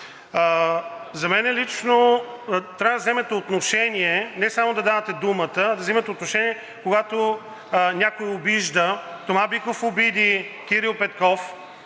За мен лично трябва да вземете отношение – не само да давате думата, а да вземате отношение, когато някой обижда. Тома Биков обиди Кирил Петков.